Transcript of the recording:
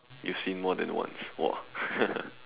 you've seen more than once !wah!